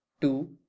two